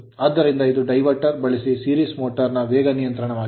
ಆದ್ದರಿಂದ ಇದು diverter diverter ಬಳಸಿ series motor ಸರಣಿ ಮೋಟರ್ ನ ವೇಗ ನಿಯಂತ್ರಣವಾಗಿದೆ